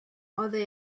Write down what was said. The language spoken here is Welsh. oddi